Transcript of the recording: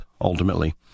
ultimately